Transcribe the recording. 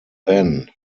ben